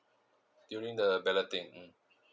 you mean the balloting